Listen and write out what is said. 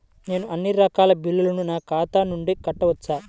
నేను అన్నీ రకాల బిల్లులను నా ఖాతా నుండి కట్టవచ్చా?